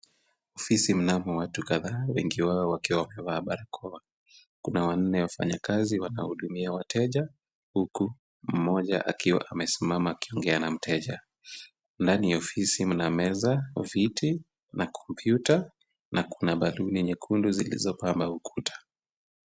Ofisi mnamo watu kadhaa, wengi wao wakiwa wamevaa barakoa. Kuna wanne wafanyikazi wanaohudumia wateja, huku mmoja akiwa amesimama akiongea na mteja. Ndani ya ofisi mna meza, viti na kompyuta na kuna baluni nyekundu zilizopamba ukuta.